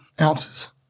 ounces